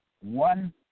one